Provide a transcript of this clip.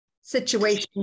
situation